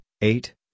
eight